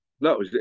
No